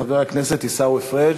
חבר הכנסת עיסאווי פריג'